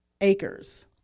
acres